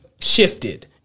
shifted